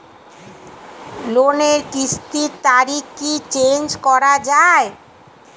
লোনের কিস্তির তারিখ কি চেঞ্জ করা যায়?